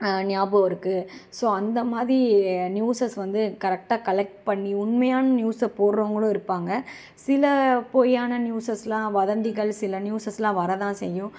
ஞாபகம் இருக்குது ஸோ அந்தமாதிரி நியூஸஸ் வந்து கரெக்டாக கலெக்ட் பண்ணி உண்மையான நியூஸ்ஸை போடுறோங்களும் இருப்பாங்கள் சில பொய்யான நியூஸஸ்லாம் வதந்திகள் சில நியூஸஸ்லாம் வரதான் செய்யும்